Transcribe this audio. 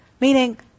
Meaning